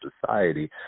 society